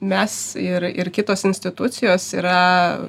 mes ir ir kitos institucijos yra